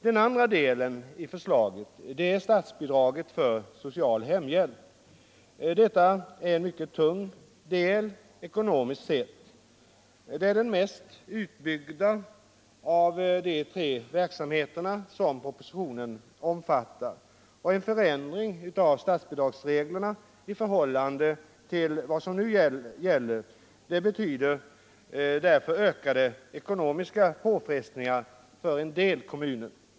Den andra delen i förslaget avser statsbidraget för social hemhjälp. Detta är en mycket tung del ekonomiskt sett. Det är den mest utbyggda av de tre verksamheterna som propositionen omfattar. En förändring av statsbidragsreglerna i förhållande till vad som nu gäller betyder därför ökade ekonomiska påfrestningar för en del kommuner.